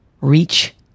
Reach